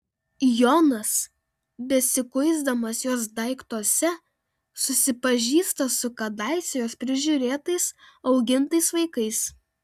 jonas besikuisdamas jos daiktuose susipažįsta su kadaise jos prižiūrėtais augintais vaikais